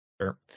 Sure